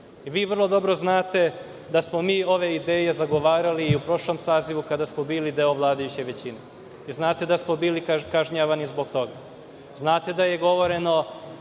vrlo dobro znate da smo mi ove ideje zagovarali i u prošlom sazivu kada smo bili deo vladajuće većine. Znate da smo bili kažnjavani zbog toga,